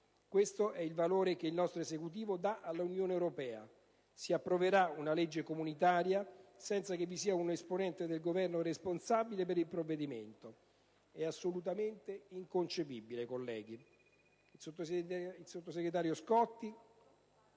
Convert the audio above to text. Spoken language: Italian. Questo è il valore che il nostro Esecutivo dà all'Unione europea: si approverà una legge comunitaria senza che vi sia un esponente del Governo responsabile per il provvedimento. È assolutamente inconcepibile, colleghi.